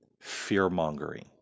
fear-mongering